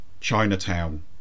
Chinatown